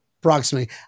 approximately